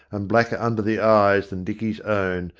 and blacker under the eyes than dicky's own,